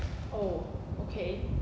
oh okay